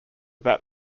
that